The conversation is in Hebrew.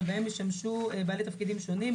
ובהם ישמשו בעלי תפקידים שונים,